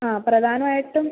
ആ പ്രധാനമായിട്ടും